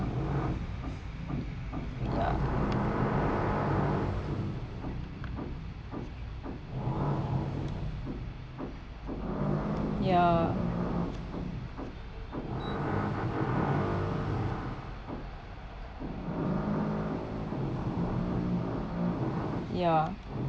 ya ya